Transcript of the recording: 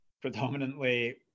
predominantly